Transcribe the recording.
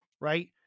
right